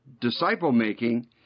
disciple-making